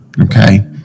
okay